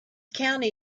county